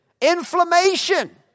Inflammation